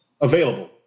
available